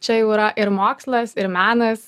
čia jau yra ir mokslas ir menas